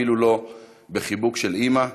אפילו לא בחיבוק של אימא.